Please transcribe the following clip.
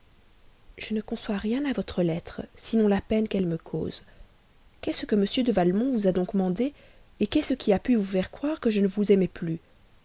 je ne conçois rien à votre lettre sinon la peine qu'elle me cause qu'est-ce que m de valmont vous a donc mandé qu'est-ce qui a pu vous faire croire que je ne vous aimais plus